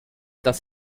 das